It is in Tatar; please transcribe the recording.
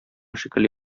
шикелле